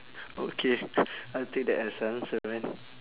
okay I'll take that as a answer man